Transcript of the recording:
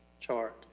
chart